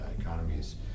economies